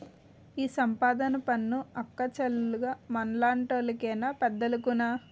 ఈ సంపద పన్ను అక్కచ్చాలుగ మనలాంటోళ్లు కేనా పెద్దోలుకున్నా